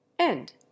End